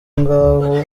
ngaho